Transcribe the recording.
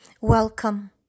Welcome